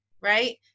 right